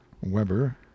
Weber